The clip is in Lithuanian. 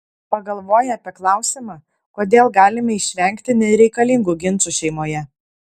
pagalvoję apie klausimą kodėl galime išvengti nereikalingų ginčų šeimoje